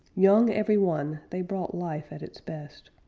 young every one, they brought life at its best.